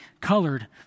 colored